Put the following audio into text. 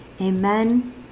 amen